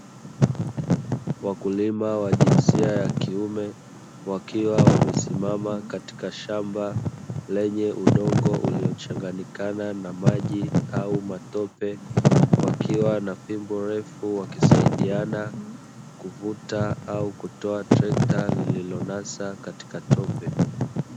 Wakulima wa jinsia ya kiume wakiwa wamesimama katika shamba lenye udongo ulio changanyikana na maji au matope, wakiwa na fimbo refu wakisaidiana kuvuta au kutoa trekta lilio nasa katika tope.